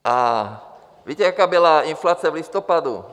A víte, jaká byla inflace v listopadu?